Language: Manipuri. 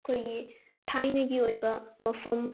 ꯑꯩꯈꯣꯏꯒꯤ ꯊꯥꯏꯅꯒꯤ ꯑꯣꯏꯕ ꯃꯐꯝ